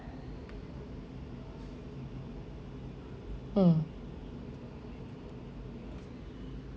mm